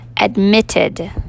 admitted